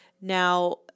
Now